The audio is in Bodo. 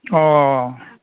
अ